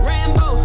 Rambo